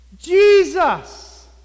Jesus